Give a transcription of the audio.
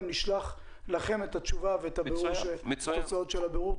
ואחרי זה גם נשלח לכם את התשובה ואת התוצאות של הבירור.